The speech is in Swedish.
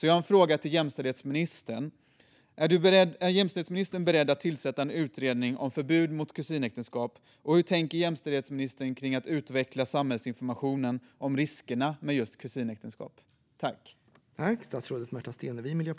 Jag har en fråga till jämställdhetsministern: Är jämställdhetsministern beredd att tillsätta en utredning om förbud mot kusinäktenskap, och hur tänker jämställdhetsministern kring att utveckla samhällsinformationen om riskerna med kusinäktenskap?